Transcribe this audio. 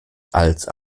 als